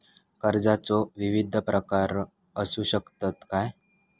कर्जाचो विविध प्रकार असु शकतत काय?